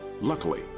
Luckily